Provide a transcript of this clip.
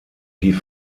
die